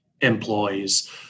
employees